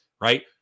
Right